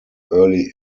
early